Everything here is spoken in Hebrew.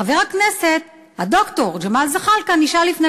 חבר הכנסת ד"ר ג'מאל זחאלקה נשאל לפני